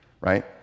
right